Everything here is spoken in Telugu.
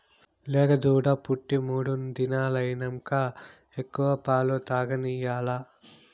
లేగదూడ పుట్టి మూడు దినాలైనంక ఎక్కువ పాలు తాగనియాల్ల